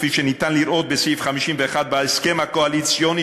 כפי שניתן לראות בסעיף 51 בהסכם הקואליציוני